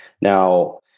Now